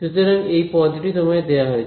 সুতরাং এই পদটি তোমায় দেওয়া হয়েছে